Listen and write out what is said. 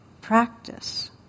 practice